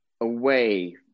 away